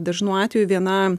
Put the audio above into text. dažnu atveju viena